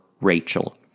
Rachel